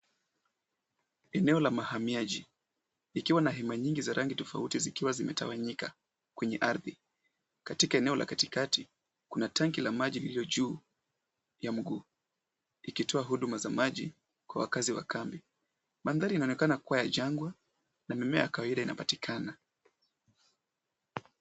Eneo la mahamiaji ikiwa na hema mingi za rangi tofauti zikiwa zimetawanyika kwenye ardhi. Katika eneo la katikati, kuna tanki la maji lililo juu ya mguu likitoa huduma za maji kwa wakazi wa kambi. Mandhari inaonekana kuwa ya jangwa na mimea ya kawaida inapatikana.